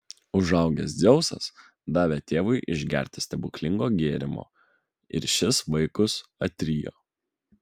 užaugęs dzeusas davė tėvui išgerti stebuklingo gėrimo ir šis vaikus atrijo